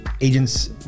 agents